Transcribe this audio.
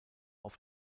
auf